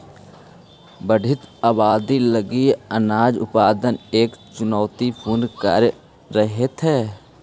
बढ़ित आबादी लगी अनाज उत्पादन एक चुनौतीपूर्ण कार्य रहेतइ